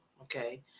Okay